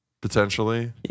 potentially